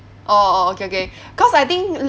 orh orh okay okay cause I think